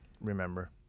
remember